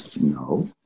No